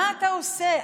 מה אתה עושה?